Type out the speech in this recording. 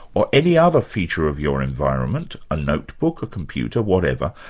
or any other feature of your environment, a notebook, a computer, whatever,